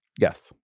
Yes